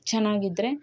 ಚೆನ್ನಾಗಿದ್ರೆ